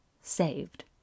saved